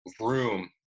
room